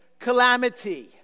calamity